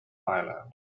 island